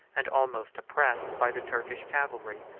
and almost oppressed, by the turkish cavalry.